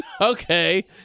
Okay